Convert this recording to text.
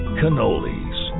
cannolis